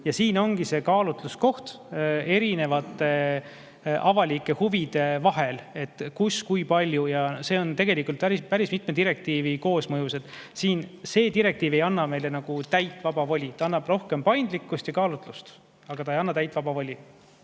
Ja siin ongi see kaalutluskoht erinevate avalike huvide vahel: kus ja kui palju neid on. Asi on tegelikult päris mitme direktiivi koosmõjus. Siin see direktiiv ei anna täit vaba voli, ta annab rohkem paindlikkust ja kaalutlusõigust, aga ta ei anna täit vaba voli.